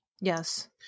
Yes